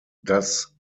das